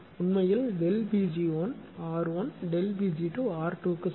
உண்மையில் Pg1R1 Pg2R2 க்கு சமம்